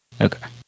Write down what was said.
Okay